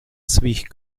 svých